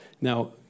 Now